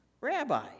Rabbi